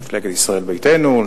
מפלגת ישראל ביתנו.